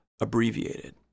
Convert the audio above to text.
abbreviated